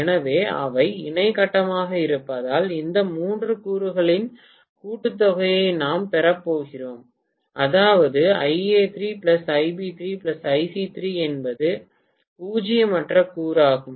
எனவே அவை இணை கட்டமாக இருப்பதால் இந்த மூன்று கூறுகளின் கூட்டுத்தொகையை நாம் பெறப்போகிறோம் அதாவது Ia3 Ib3 Ic3 என்பது பூஜ்ஜியமற்ற கூறு ஆகும்